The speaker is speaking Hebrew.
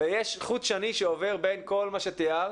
ויש חוט שני שעובר בין כל מה שתיארת.